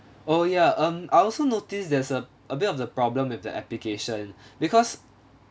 oh ya um I also notice there's a a bit of the problem with the application because